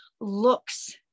looks